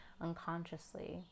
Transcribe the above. unconsciously